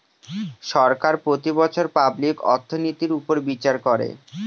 সরকার প্রতি বছর পাবলিক অর্থনৈতির উপর বিচার করে